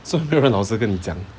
so 任何老师跟你讲